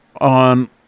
on